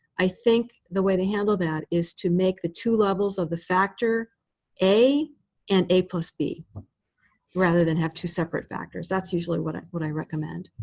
i think the way to handle that is to make the two levels of the factor a and a plus b rather than have two separate factors. that's usually what i what i recommend.